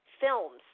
films